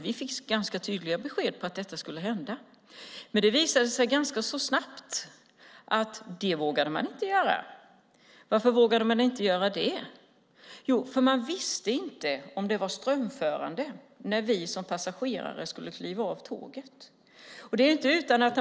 Vi fick ganska tydliga besked om att detta skulle hända. Men det visade sig ganska snabbt att man inte vågade göra det. Varför inte? Jo, för man visste inte om det var strömförande när vi som passagerare skulle kliva av.